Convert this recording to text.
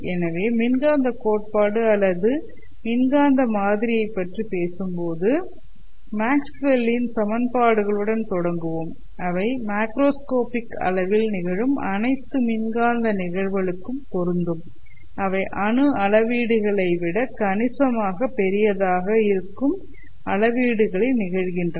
எனவே மின்காந்தக் கோட்பாடு அல்லது மின்காந்த மாதிரியைப் பற்றி பேசும்போது மேக்ஸ்வெல்லின் Maxwe's சமன்பாடுகளுடன் தொடங்குவோம் அவை மேக்ரோஸ்கோபிக் அளவில் நிகழும் அனைத்து மின்காந்த நிகழ்வுகளுக்கும் பொருந்தும் அவை அணு அளவீடுகளை விட கணிசமாக பெரியதாக இருக்கும் அளவீடுகளில் நிகழ்கின்றன